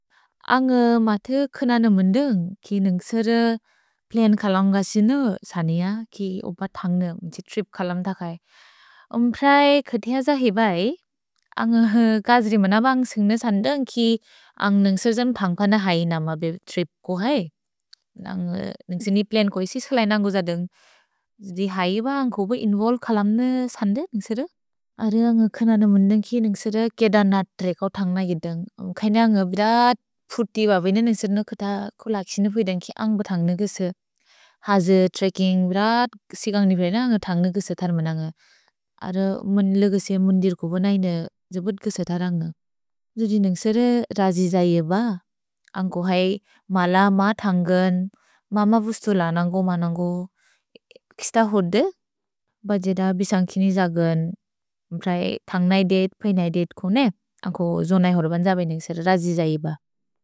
अन्ग् मतु खुनन मुन्दुन्ग् कि नुन्ग्सुर प्लन् कलौन्ग सिनु सनिय कि ओब थन्ग म्त्सि त्रिप् कलम् तकै। ओम् प्रए खतिअ जहिबै, अन्ग् कज्रिमन बन्ग् सिनु सन्दुन्ग् कि अन्ग् नुन्ग्सुर् जन् थन्ग्प न है नम बे त्रिप् को है। अन्ग् नुन्ग्सुनि प्लन् को इसि स्लैनन्ग् गुजदुन्ग् दि है ब अन्ग् को बे इन्वोल्वे कलम्नु सन्दु नुन्ग्सुर। अर न्गु खुनन मुन्दुन्ग् कि नुन्ग्सुर केद न त्रेक् को थन्ग यिदुन्ग्। कैन न्गु बिदत् पुति ब बिन नुन्ग्सुर नुक् कुत कुलाक् सिनु प्वेदेन् कि अन्ग् बे थन्ग्न गुजुद्। हजुर्, त्रेकिन्ग्, बिदत् सिगन्ग्नि प्वेदेन् अन्ग् बे थन्ग्न गुजुद् थर्मन न्ग। अर लगेसे मुन्दिर् को बोनैन जुबुद् गुजुद् थरन्ग। जुदि नुन्ग्सुर रजि जहिब, अन्ग् को है मल म थन्गन्, मम बुस्तु लनन्गो मनन्गो। किस्त होदे, ब जेद बिसन्ग्किनि जगन् म्ब्रै थन्ग्न यिदित्, प्वेन यिदित् कुने। अन्ग् को जोनै होदे बन्द्ज बे निक्सेर रजि जहिब।